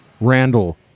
Randall